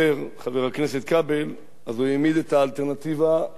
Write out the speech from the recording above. הוא העמיד את האלטרנטיבה מהחלק